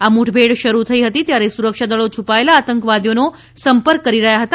આ મુઠભેડ શરૂ થઇ હતી ત્યારે સુરક્ષાદળો છુપાયેલા આતંકવાદીઓનો સંપર્ક કરી રહ્યા હતા